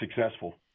successful